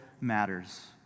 matters